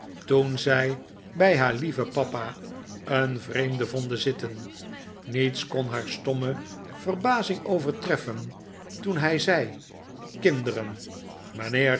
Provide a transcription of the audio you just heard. toen zij bij haar lieven papa een vreemde vonden zitten niets kon haar stomme verbazing overtreffen toen hij zei kinderen